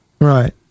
Right